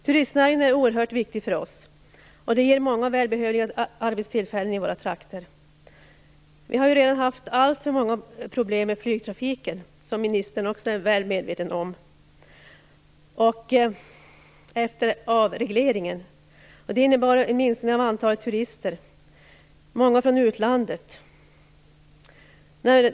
Turistnäringen är oerhört viktig för oss, och den ger många välbehövliga arbetstillfällen i våra trakter. Vi har efter avregleringen redan haft alltför många problem med flygtrafiken, vilket ministern också är väl medveten om. Detta innebar en minskning av antalet turister, många av dem från utlandet.